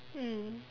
mm